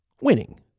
winning